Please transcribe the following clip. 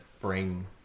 bring